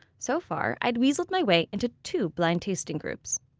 so far i'd weaseled my way into two blind tasting groups.